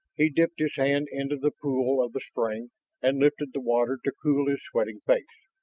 he dipped his hand into the pool of the spring and lifted the water to cool his sweating face.